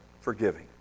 forgiving